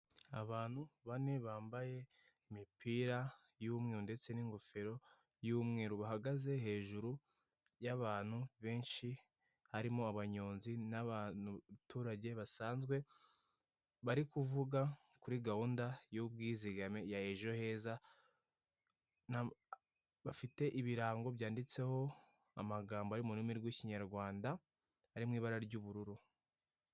Abantu bane bambaye imipira y'umweru ndetse n'ingofero y'umweru, bahagaze hejuru y'abantu benshi harimo abanyonzi, n'abaturage basanzwe, bari kuvuga kuri gahunda y'ubwizigame ya ejo heza bafite ibirango byanditseho amagambo y'ururimi rw'ikinyarwanda ari mu ibara ry'ubururu.